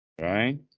right